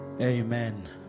Amen